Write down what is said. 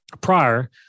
prior